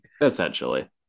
essentially